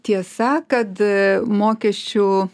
tiesa kad mokesčių